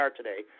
today